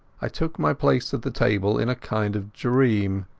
i took my place at the table in a kind of dream.